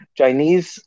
Chinese